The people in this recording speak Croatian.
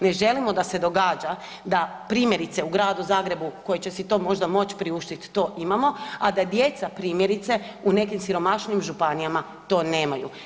Ne želimo da se događa da primjerice u gradu Zagrebu koji će si to možda moći priuštiti to imamo, a da djeca primjerice u nekim siromašnijim županijama to nemaju.